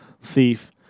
thief